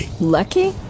lucky